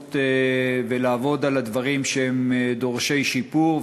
בוועדה לעבוד על הדברים שדורשים שיפור,